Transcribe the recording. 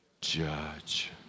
Judge